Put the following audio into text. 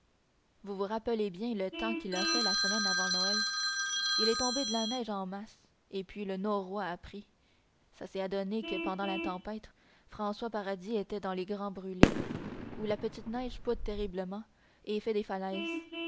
vous vous rappelez bien le temps qu'il a fait la semaine avant la noël il est tombé de la neige en masse et puis le norouâ a pris ça s'est adonné que pendant la tempête françois paradis était dans les grands brûlés où la petite neige poudre terriblement et fait des falaises